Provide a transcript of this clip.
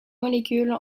molécule